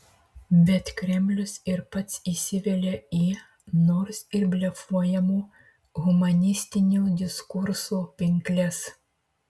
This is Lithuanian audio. bet kremlius ir pats įsivelia į nors ir blefuojamo humanistinio diskurso pinkles